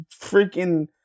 freaking